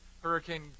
hurricane